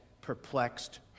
perplexed